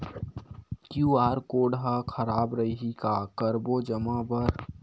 QR code हा खराब रही का करबो जमा बर?